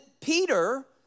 Peter